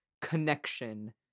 connection